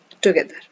together